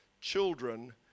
children